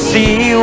See